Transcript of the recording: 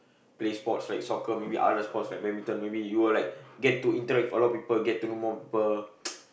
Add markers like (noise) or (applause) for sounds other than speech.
play sports like soccer maybe other sports like badminton maybe you will like get to interact with a lot of people get to know more people (noise)